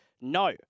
no